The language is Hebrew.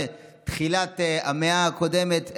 בתחילת המאה הקודמת,